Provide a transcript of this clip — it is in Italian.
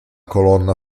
colonna